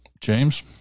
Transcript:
James